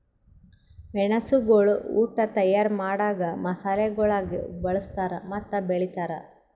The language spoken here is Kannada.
ಮೆಣಸುಗೊಳ್ ಉಟ್ ತೈಯಾರ್ ಮಾಡಾಗ್ ಮಸಾಲೆಗೊಳಾಗಿ ಬಳ್ಸತಾರ್ ಮತ್ತ ಬೆಳಿತಾರ್